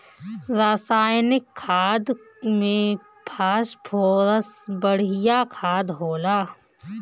रासायनिक खाद में फॉस्फोरस बढ़िया खाद होला